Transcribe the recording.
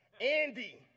Andy